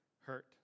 hurt